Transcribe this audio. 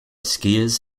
skiers